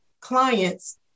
clients